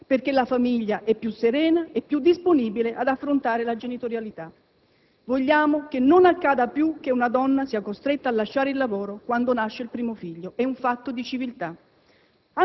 perché la famiglia è più serena e più disponibile ad affrontare la genitorialità. Vogliamo che non accada più che una donna sia costretta a lasciare il lavoro quando nasce il primo figlio: è un fatto di civiltà.